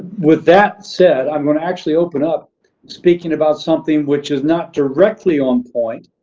with that said, i'm going to actually open up speaking about something which is not directly on point,